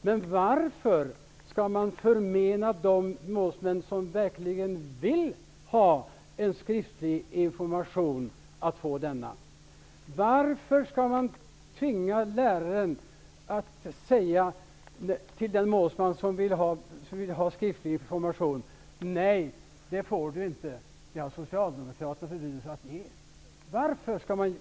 Men varför skall man förmena de målsmän som verkligen vill ha skriftlig information möjlighet att få det? Varför skall man tvinga läraren att säga till den målsman som vill ha skriftlig information: Nej, det får du inte -- det har Socialdemokraterna förbjudit oss att ge.